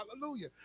Hallelujah